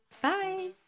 Bye